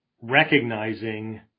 recognizing